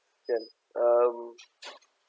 can um